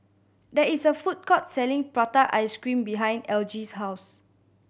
there is a food court selling prata ice cream behind Elgie's house